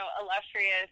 illustrious